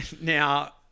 Now